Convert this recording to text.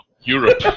Europe